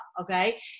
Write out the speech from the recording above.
Okay